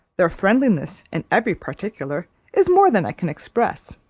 their friendliness in every particular, is more than i can express.